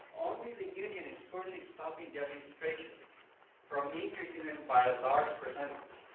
only the union is currently stopping the administration from increasing them by a large percentage.